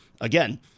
again